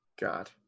god